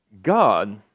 God